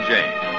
James